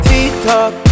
TikTok